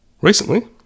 Recently